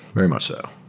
very much so.